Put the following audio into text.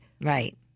right